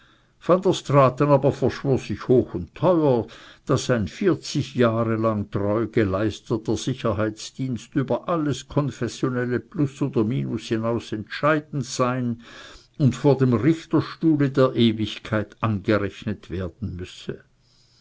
aber verschwor sich hoch und teuer daß ein vierzig jahre lang treu geleisteter sicherheitsdienst über alles konfessionelle plus oder minus hinaus entscheidend sein und vor dem richterstuhle der ewigkeit angerechnet werden müsse